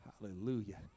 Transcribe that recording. hallelujah